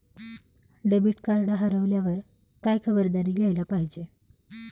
Debit card हरवल्यावर काय खबरदारी घ्यायला पाहिजे?